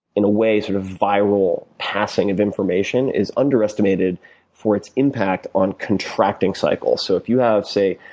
in a way sort of viral passing of information is underestimated for its impact on contracting cycles. so if you have, say,